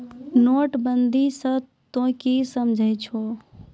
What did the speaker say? नोटबंदी स तों की समझै छौ